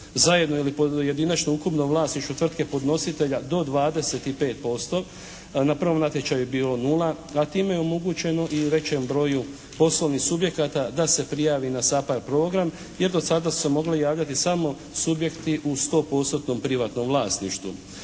zajedno ili pojedinačno u ukupnom vlasništvu tvrtke podnositelja do 25%. Na prvom natječaju je bio nula, a time je omogućeno i većem broju poslovnih subjekata da se prijavi na SAPARD program, jer do sada su se mogli javljati samo subjekti u 100%-tnom privatnom vlasništvu.